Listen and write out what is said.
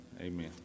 Amen